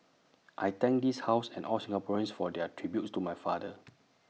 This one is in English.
I thank this house and all Singaporeans for their tributes to my father